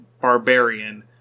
barbarian